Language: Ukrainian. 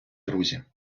друзі